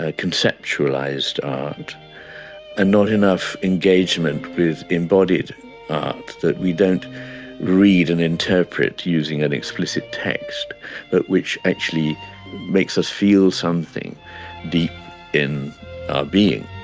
ah conceptualised art and not enough engagement with embodied that we don't read and interpret using an explicit text but which actually makes us feel something deep in our being.